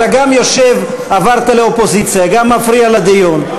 אתה גם יושב ועברת לאופוזיציה וגם מפריע לדיון.